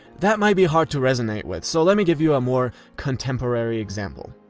that might be hard to resonate with, so let me give you a more contemporary example.